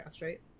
right